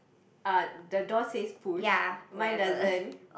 ah the door say push mine doesn't